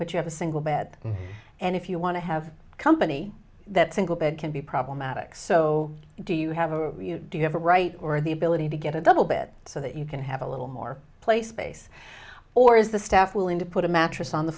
but you have a single bad and if you want to have company that single bed can be problematic so do you have you do you have a right or the ability to get a double bed so that you can have a little more play space or is the staff willing to put a mattress on the